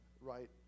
right